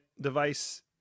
device